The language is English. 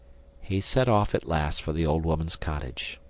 he set off at last for the old woman's cottage.